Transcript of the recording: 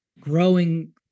growing